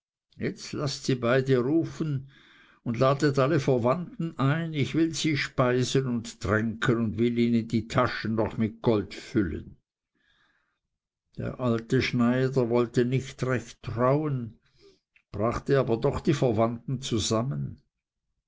jetzt laßt sie beide rufen und ladet alle verwandten ein ich will sie speisen und tränken und will ihnen die taschen noch mit gold füllen der alte schneider wollte nicht recht trauen brachte aber doch die verwandten zusammen